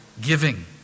giving